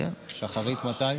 שחרית מתי?